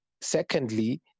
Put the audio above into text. Secondly